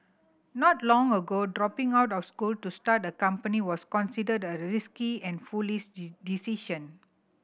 not long ago dropping out of school to start a company was considered a risky and foolish decision